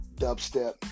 dubstep